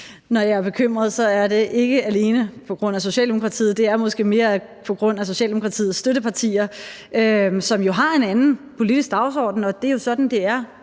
Når jeg er bekymret, er det ikke alene på grund af Socialdemokratiet, det er måske mere på grund af Socialdemokratiets støttepartier, som jo har en anden politisk dagsorden, og det er jo sådan, det er